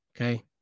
Okay